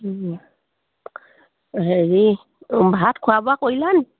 হেৰি ভাত খোৱা বোৱা কৰিলা ন